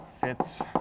fits